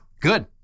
good